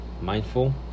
mindful